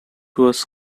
was